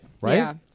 Right